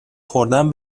خوردن